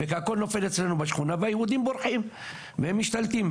והכל נופל אצלנו בשכונה אז היהודים בורחים והם משתלטים.